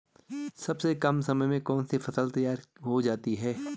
सबसे कम समय में कौन सी फसल तैयार हो जाती है?